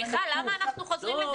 למה אנחנו חוזרים על זה?